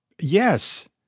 Yes